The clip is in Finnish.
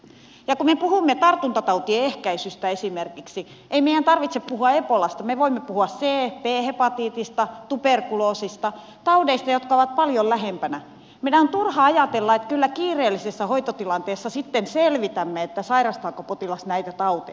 kun me puhumme esimerkiksi tartuntatautien ehkäisystä ei meidän tarvitse puhua ebolasta me voimme puhua c ja b hepatiitista tuberkuloosista taudeista jotka ovat paljon lähempänä meidän on turha ajatella että kyllä kiireellisessä hoitotilanteessa sitten selvitämme sairastaako potilas näitä tauteja